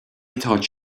thought